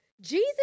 Jesus